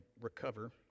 recover